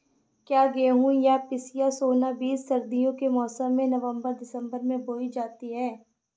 क्या गेहूँ या पिसिया सोना बीज सर्दियों के मौसम में नवम्बर दिसम्बर में बोई जाती है?